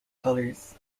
colors